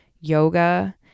yoga